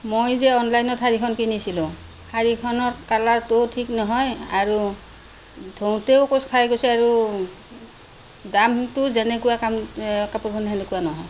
মই যে অনলাইনত শাৰীখন কিনিছিলোঁ শাৰীখনৰ কালাৰটোও ঠিক নহয় আৰু ধুওঁতেও কোচ খাই গৈছে আৰু দামটো যেনেকুৱা কাপোৰখন সেনেকুৱা নহয়